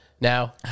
now